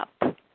up